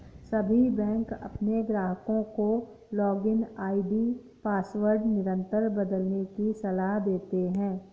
सभी बैंक अपने ग्राहकों को लॉगिन आई.डी पासवर्ड निरंतर बदलने की सलाह देते हैं